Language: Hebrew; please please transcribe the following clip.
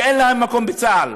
שאין להם מקום בצה"ל.